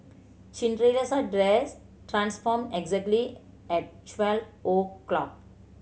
Cinderella's dress transformed exactly at twelve o'clock